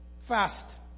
Fast